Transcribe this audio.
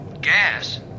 Gas